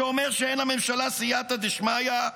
שאומר שאין לממשלה סייעתא דשמיא,